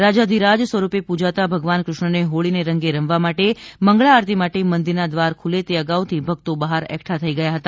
રાજાધિરાજ સ્વરૂપે પૂજાતા ભગવાન કૃષ્ણ ને હોળી ને રંગે રંગવા માટે મંગલા આરતી માટે મંદિર ના દ્વાર ખૂલે તે અગાઉ થી ભક્તો બહાર એકઠા થઈ ગયા હતા